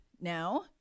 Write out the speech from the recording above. now